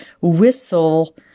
whistle